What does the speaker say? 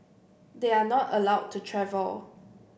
they are not allowed to travel